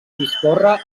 discorre